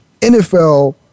NFL